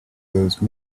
those